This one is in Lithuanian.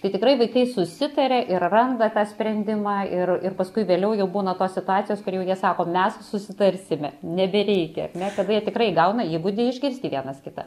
tai tikrai vaikai susitaria ir randa tą sprendimą ir ir paskui vėliau jau būna tos situacijos kur jie jau sako mes susitarsime nebereikia ar ne kada jie tikrai gauna įgūdį išgirsti vienas kitą